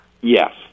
Yes